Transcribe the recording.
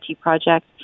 project